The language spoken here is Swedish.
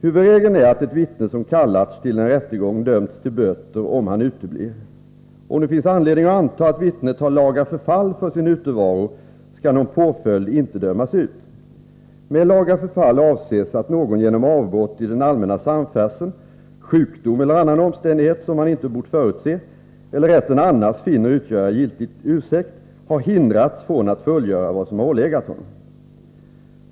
Huvudregeln är att ett vittne som kallats till en rättegång döms till böter om han uteblir. Om det finns anledning att anta att vittnet har laga förfall för sin utevaro, skall någon påföljd inte dömas ut. Med laga förfall avses att någon genom avbrott i den allmänna samfärdseln, sjukdom eller annan omständighet, som han inte bort förutse eller rätten annars finner utgöra giltig ursäkt, har hindrats från att fullgöra vad som ålegat honom.